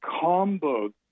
combo